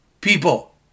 people